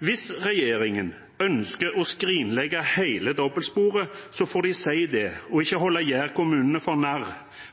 hvis regjeringen ønsker å skrinlegge hele dobbeltsporet, får de si det, og ikke holde jærkommunene for narr,